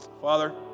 Father